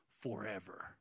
forever